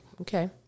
Okay